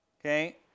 okay